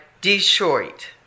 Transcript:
Detroit